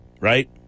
Right